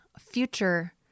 future